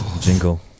Jingle